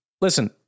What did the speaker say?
listen